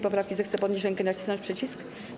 poprawki, zechce podnieść rękę i nacisnąć przycisk.